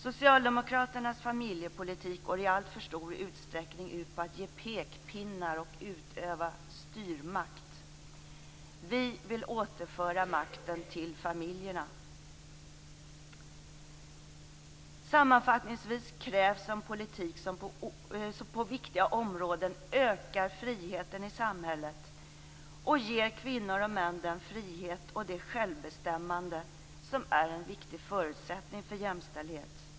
Socialdemokraternas familjepolitik går i alltför stor utsträckning ut på att ge pekpinnar och utöva styrmakt. Vi vill återföra makten till familjerna. Sammanfattningsvis krävs en politik som på viktiga områden ökar friheten i samhället och ger kvinnor och män den frihet och det självbestämmande som är en viktig förutsättning för jämställdhet.